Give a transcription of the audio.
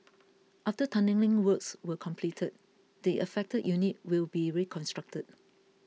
after tunnelling works were completed the affected unit will be reconstructed